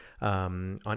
on